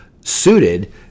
suited